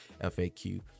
FAQ